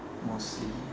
mostly